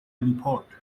import